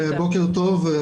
בוקר טוב.